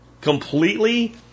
completely